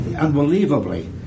unbelievably